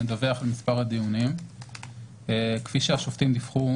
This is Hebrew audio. נדווח על מספר הדיונים כפי שהשופטים דיווחו,